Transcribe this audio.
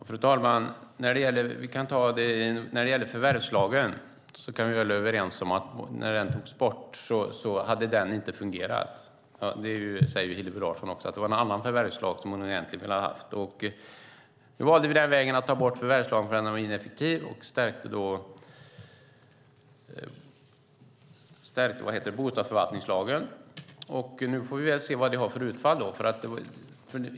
Fru talman! Vi kan väl vara överens om att förvärvslagen inte hade fungerat när den togs bort. Det säger Hillevi Larsson också. Det var en annan förvärvslag som hon egentligen hade velat ha. Nu valde vi den här vägen, att ta bort förvärvslagen, för den var ineffektiv. Vi stärkte då bostadsförvaltningslagen. Nu får vi se vad det har för utfall.